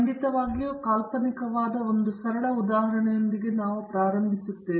ಖಂಡಿತವಾಗಿಯೂ ಕಾಲ್ಪನಿಕವಾದ ಒಂದು ಸರಳ ಉದಾಹರಣೆಯೊಂದಿಗೆ ನಾವು ಪ್ರಾರಂಭಿಸುತ್ತೇವೆ